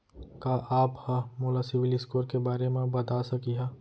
का आप हा मोला सिविल स्कोर के बारे मा बता सकिहा?